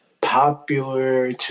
popular